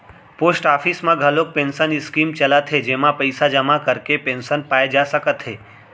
post office म घलोक pension scheme चलत हे जेमा पइसा जमा करके पेंसन पाए जा सकत हे